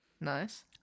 nice